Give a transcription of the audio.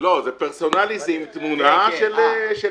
לא, זה פרסונלי זה עם תמונה של אשתו.